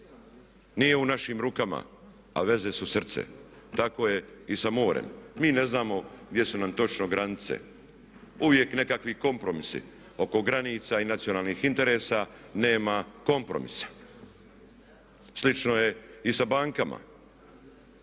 Nije u našim rukama, a veze su srce. Tako je i sa morem. Mi ne znamo gdje su nam točno granice, uvijek nekakvi kompromisi. Oko granica i nacionalnih interesa nema kompromisa. Slično je i sa bankama.